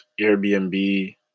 Airbnb